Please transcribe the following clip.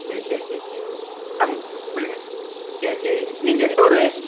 சரி சரி சரி சரி நமக்கு பின்னே சரி சரி நீங்கள் எந்த ஊர்